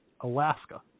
Alaska